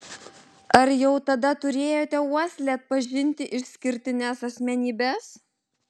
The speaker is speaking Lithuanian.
ar jau tada turėjote uoslę atpažinti išskirtines asmenybes